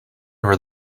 where